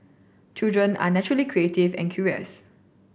children are naturally creative and curious